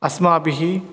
अस्माभिः